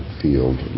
field